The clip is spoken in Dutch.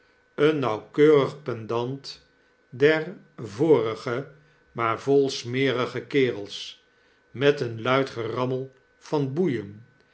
een nauwkeurig pendant der vorige maar vol smerige kerels met een bid gerammel van boeien